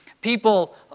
people